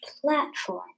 platform